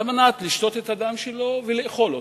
כדי לשתות את הדם שלו ולאכול אותו,